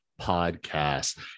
podcast